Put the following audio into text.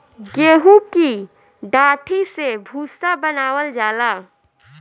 गेंहू की डाठी से भूसा बनावल जाला